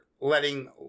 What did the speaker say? letting